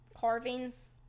carvings